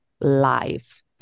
Life